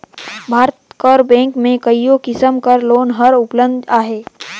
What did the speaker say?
भारत कर बेंक में कइयो किसिम कर लोन हर उपलब्ध अहे